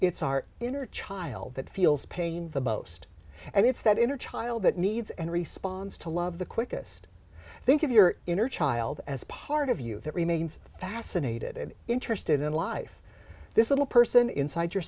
it's our inner child that feels pain the most and it's that inner child that needs and responds to love the quickest think of your inner child as part of you that remains fascinated interested in life this little person inside your